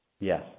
Yes